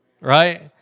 right